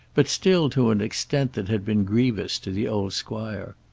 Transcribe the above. but still to an extent that had been grievous to the old squire.